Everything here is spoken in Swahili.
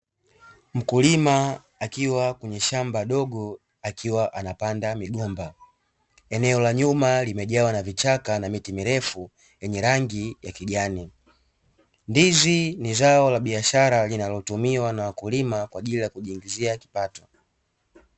Mkulima akiwa kwenye shamba dogo akiwa anapanda migomba, eneo la nyuma limejaa vichaka na miti mirefu yenye rangi ya kijani, ndizi ni zao la biashara linalotumiwa na wakulima kwa ajili ya kujiingiza kipato.